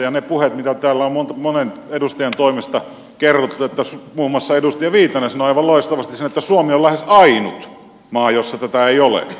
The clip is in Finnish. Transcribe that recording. ja ne puheet mitä täällä on monen edustajan toimesta kerrottu muun muassa edustaja viitanen sanoi aivan loistavasti sen että suomi on lähes ainut maa jossa tätä ei ole